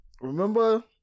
Remember